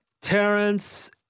Terrence